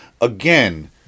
again